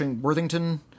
Worthington